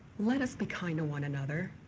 let us be kind to one another